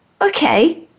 okay